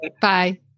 Bye